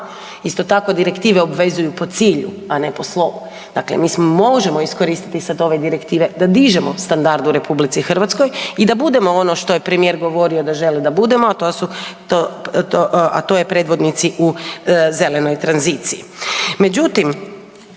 Isto tako, direktive obvezuju po cilju, a ne po slovu, dakle mi možemo iskoristiti sad ove direktive da dižemo standard u RH i da budemo ono što je premijer govorio da želi da budemo, a to su, a to je predvodnici u zelenoj tranziciji.